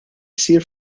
issir